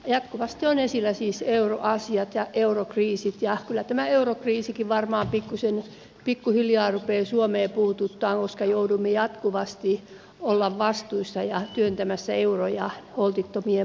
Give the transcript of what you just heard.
jatkuvasti ovat esillä siis euroasiat ja eurokriisit ja kyllä tämä eurokriisikin varmaan pikkuhiljaa rupeaa suomea puuduttamaan koska joudumme jatkuvasti olemaan vastuussa ja työntämässä euroja holtittomien maiden kassaan